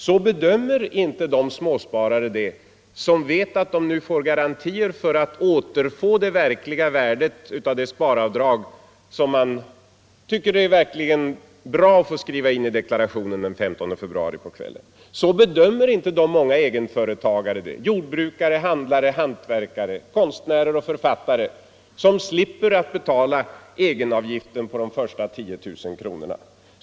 Så bedömer inte heller de småsparare det som vet att de nu får garantier för att återfå det verkliga värdet av det sparavdrag som man tycker det är bra att kunna skriva in i deklarationen den 15 februari på kvällen. Så bedömer inte heller de många egenföretagarna det — jordbrukare, handlare, hantverkare, konstnärer och författare — som slipper att betala egenavgiften på de första tiotusen kronorna.